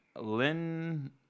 Lynn